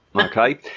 Okay